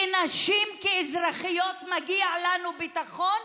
כנשים, כאזרחיות שמגיע להן ביטחון,